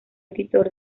editor